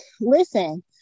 listen